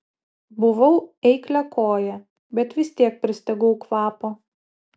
buvau eikliakojė bet vis tiek pristigau kvapo